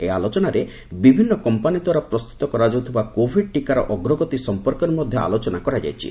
ଏହି ଆଲୋଚନାରେ ବିଭିନ୍ନ କମ୍ପାନୀ ଦ୍ୱାରା ପ୍ରସ୍ତୁତ କରାଯାଉଥିବା କୋଭିଡ୍ ଟୀକାର ଅଗ୍ରଗତି ସମ୍ପର୍କରେ ମଧ୍ୟ ଆଲୋଚନା କରାଯାଇଛି